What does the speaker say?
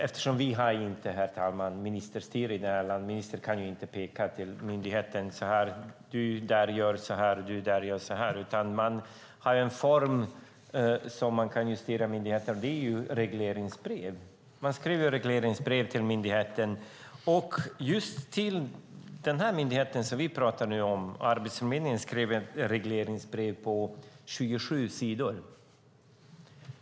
Eftersom vi inte har ministerstyre i detta land kan ministern inte peka på myndigheterna och säga vad de ska göra. Den form som man har för att justera myndigheterna är regleringsbrev. Man skriver regleringsbrev till myndigheterna. Just till den myndighet som vi nu talar om, Arbetsförmedlingen, skrevs ett regleringsbrev på 27 sidor.